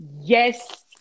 yes-